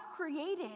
created